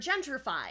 gentrified